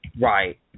Right